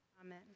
Amen